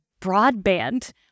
broadband